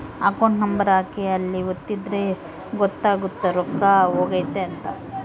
account number ಹಾಕಿ ಅಲ್ಲಿ ಒತ್ತಿದ್ರೆ ಗೊತ್ತಾಗುತ್ತ ರೊಕ್ಕ ಹೊಗೈತ ಅಂತ